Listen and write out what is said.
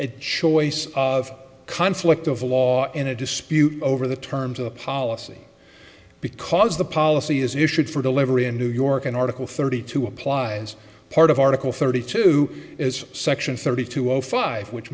a choice of conflict of law in a dispute over the terms of policy because the policy is issued for delivery in new york an article thirty two applies part of article thirty two as section thirty two of five which